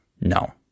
no